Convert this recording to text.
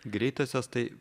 greitosios tai